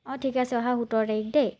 অঁ ঠিকে আছে অহা সোতৰ তাৰিখ দেই